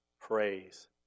praise